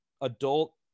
adult